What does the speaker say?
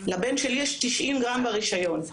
לבן שלי יש 90 גרם ברישיון.